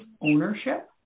ownership